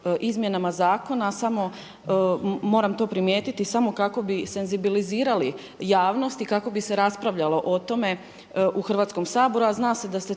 izmjenama zakona samo moram to primijetiti samo kako bi senzibilizirali javnost i kako bi se raspravljalo o tome u Hrvatskom saboru, a zna se da ste